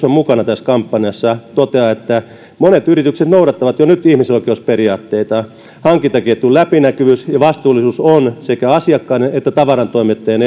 on mukana tässä kampanjassa ja yrityksen toimitusjohtaja tommi tervanen toteaa monet yritykset noudattavat jo nyt ihmisoikeusperiaatteita hankintaketjun läpinäkyvyys ja vastuullisuus on sekä asiakkaiden että tavarantoimittajan